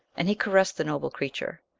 and he caressed the noble creature,